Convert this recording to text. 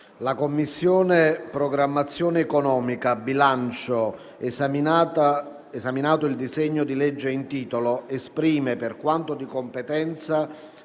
«La Commissione programmazione economica, bilancio, esaminato il disegno di legge in titolo, esprime, per quanto di competenza,